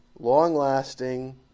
long-lasting